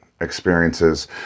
experiences